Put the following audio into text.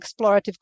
explorative